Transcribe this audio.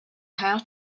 how